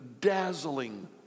dazzling